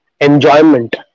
enjoyment